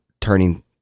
turning